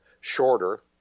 shorter